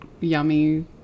yummy